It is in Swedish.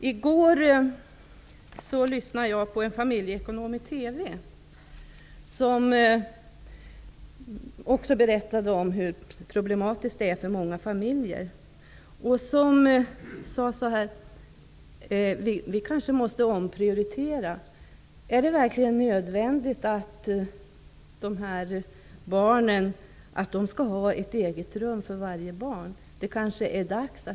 I går hörde jag en familjeekonom i TV, som berättade om hur problematiskt det är för många familjer och som sade att man kanske måste omprioritera. Är det verkligen nödvändigt att varje barn skall ha ett eget rum?